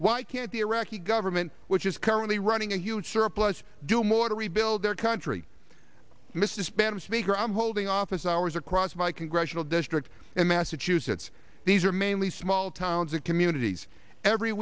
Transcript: why can't the iraqi government which is currently running a huge surplus do more to rebuild their country mr spanish speaker i'm holding office hours across my congressional district in massachusetts these are mainly small towns and communities every